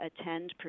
attend